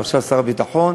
ועכשיו אתה שר הביטחון,